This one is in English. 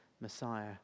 Messiah